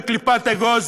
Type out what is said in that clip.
בקליפת אגוז,